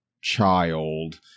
child